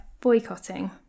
boycotting